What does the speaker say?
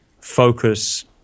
focus